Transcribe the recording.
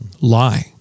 lie